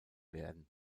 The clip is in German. werden